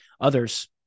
others